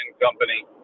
company